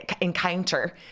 encounter